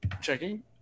Checking